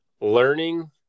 learning